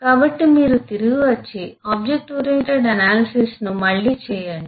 కాబట్టి మీరు తిరిగి వచ్చి OOA ను మళ్ళీ చేయండి